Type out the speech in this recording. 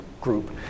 group